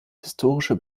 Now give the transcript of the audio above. historische